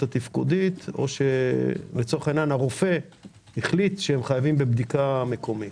התפקודית או שהרופא החליט שחייבים בבדיקה מקומית.